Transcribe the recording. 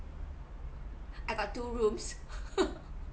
I got two rooms